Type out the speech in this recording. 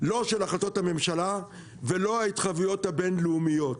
לא של החלטות הממשלה ולא בהתחייבויות הבין-לאומיות.